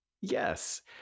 Yes